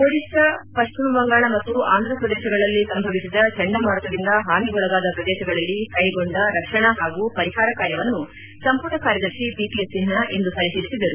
ಒಡಿತಾ ಪಶ್ಚಿಮ ಬಂಗಾಳ ಹಾಗೂ ಅಂಥಪ್ರದೇಶಗಳಲ್ಲಿ ಸಂಭವಿಸಿದ ಚಂಡಮಾರುತದಿಂದ ಹಾನಿಗೊಳಗಾದ ಪ್ರದೇಶಗಳಲಲಿ ಕೈಗೊಂಡ ರಕ್ಷಣಾ ಹಾಗೂ ಪರಿಹಾರ ಕಾರ್ಯವನ್ನು ಸಂಪುಟ ಕಾರ್ಯದರ್ಶಿ ಪಿ ಕೆ ಸಿನ್ಹಾ ಇಂದು ಪರಿಶೀಲಿಸಿದರು